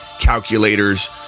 calculators